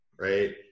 right